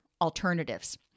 alternatives